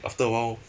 after a while